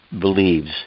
believes